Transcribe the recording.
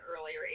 earlier